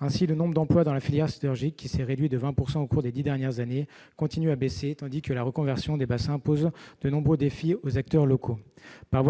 Ainsi, le nombre d'emplois dans la filière sidérurgique, qui s'est réduit de 20 % au cours des dix dernières années, continue à baisser, tandis que la reconversion des bassins pose de nombreux défis aux acteurs locaux. On